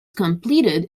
completed